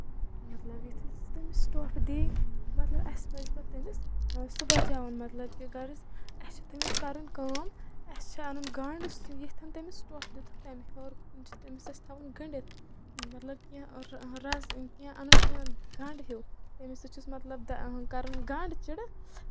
مطلب یِتُھے سُہ تٔمِس ٹۄپھ دِی مطلب اَسہِ پَزِ پَتہٕ تٔمِس سُہ بَچاوُن مطلب کہِ غرض اَسہِ چھُ تٔمِس کَرٕنۍ کٲم اَسہِ چھُ اَنُن گنڈ سُہ ییٚتھن تٔمِس ٹۄپھ دِتُکھ تَمہِ ہیٚور کُن چھُ تٔمِس اَسہِ تھاوُن گٔنڈِتھ مطلب کیٚنٛہہ رَز أنۍ کینٛہہ اَنُن کینٛہہ گنڈ ہیٚوو تَمہِ سۭتۍ چھُس مطلب کرُن گنڈ چِرٕ تہٕ